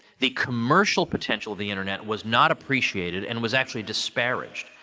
the commercial potential of the internet was not appreciated and was actually disparaged.